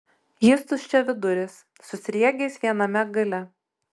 jis tuščiaviduris su sriegiais viename gale